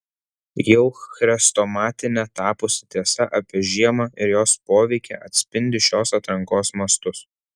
jau chrestomatine tapusi tiesa apie žiemą ir jos poveikį atspindi šios atrankos mastus